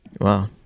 wow